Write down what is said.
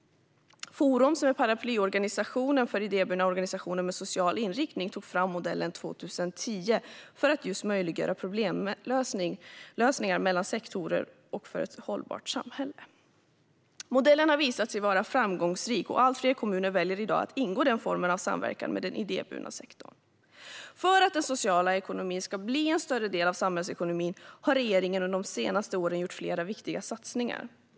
Forum, paraplyorganisationen för idéburna organisationer med social inriktning, tog fram modellen 2010 för att möjliggöra problemlösning mellan sektorer för ett hållbart samhälle. Modellen har visats vara framgångsrik, och allt fler kommuner väljer att i dag ingå den formen av samverkan med den idéburna sektorn. För att den sociala ekonomin ska bli en större del av samhällsekonomin har regeringen under de senaste åren gjort flera viktiga satsningar.